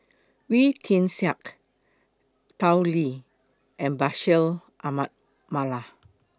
Wee Tian Siak Tao Li and Bashir Ahmad Mallal